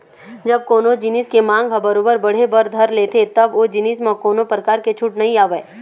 जब कोनो जिनिस के मांग ह बरोबर बढ़े बर धर लेथे तब ओ जिनिस म कोनो परकार के छूट नइ आवय